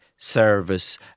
Service